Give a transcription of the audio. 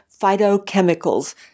phytochemicals